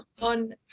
on